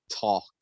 talk